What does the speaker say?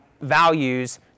values